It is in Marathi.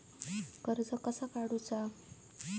कर्ज कसा काडूचा?